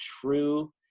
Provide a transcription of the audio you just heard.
true